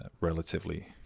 relatively